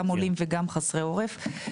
גם עולים וגם חסרי עורף.